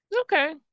Okay